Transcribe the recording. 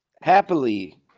Happily